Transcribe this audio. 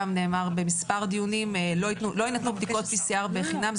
גם נאמר במספר דיונים לא יינתנו בדיקות PCR בחינם,